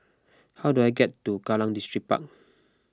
how do I get to Kallang Distripark